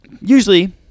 Usually